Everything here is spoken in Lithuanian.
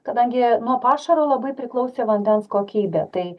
kadangi nuo pašaro labai priklausė vandens kokybė tai